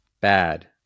bad